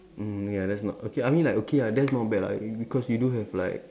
mm ya that's not okay I mean like okay ah that's not bad lah be~ because you do have like